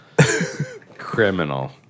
criminal